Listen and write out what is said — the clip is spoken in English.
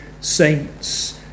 saints